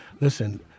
Listen